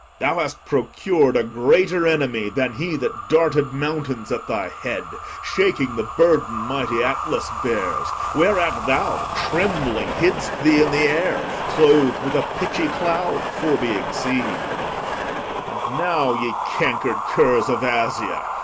thou hast procur'd a greater enemy than he that darted mountains at thy head, shaking the burden mighty atlas bears, whereat thou trembling hidd'st thee in the air, cloth'd with a pitchy cloud for being seen and now, ye canker'd curs of asia,